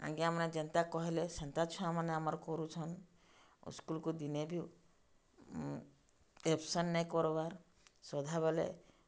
ଆଜ୍ଞାମାନେ ଯେନ୍ତା କହେଲେ ସେନ୍ତା ଛୁଆମାନେ ଆମର୍ କରୁଛନ୍ ସ୍କୁଲକୁ ଦିନେ ବି ଆବ୍ସେଣ୍ଟ୍ ନାଇଁ କର୍ବାର୍ ସଦାବେଲେ